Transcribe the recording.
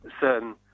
certain